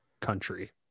country